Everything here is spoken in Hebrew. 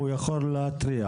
הוא יכול להתריע,